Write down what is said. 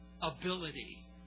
ability